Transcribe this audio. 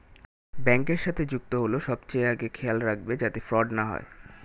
ব্যাংকের সাথে যুক্ত হল সবচেয়ে আগে খেয়াল রাখবে যাতে ফ্রড না হয়